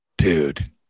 Dude